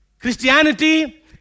Christianity